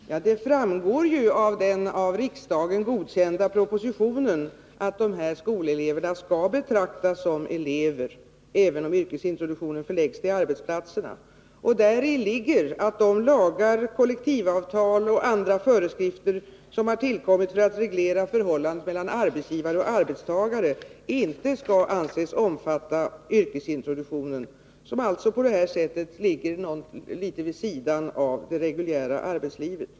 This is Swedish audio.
Herr talman! Det framgår av den av riksdagen godkända propositionen att dessa skolelever skall betraktas som elever, även om yrkesintroduktionen förläggs till arbetsplatser. Däri ligger att de kollektivavtal, lagar och andra föreskrifter som har tillkommit för att reglera förhållandena mellan arbetsgivare och arbetstagare inte kan anses omfatta yrkesintroduktionen, som alltså ligger litet vid sidan av det reguljära arbetslivet.